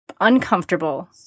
uncomfortable